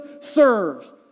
serves